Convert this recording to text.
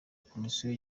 komisiyo